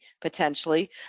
potentially